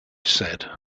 said